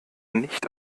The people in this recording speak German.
nicht